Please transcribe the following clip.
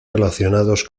relacionados